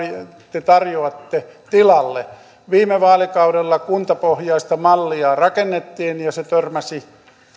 te tarjoatte tilalle viime vaalikaudella kuntapohjaista mallia rakennettiin ja se törmäsi